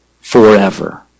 Forever